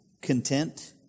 content